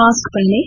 mask पहनें